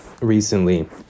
recently